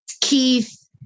Keith